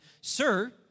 Sir